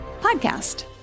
podcast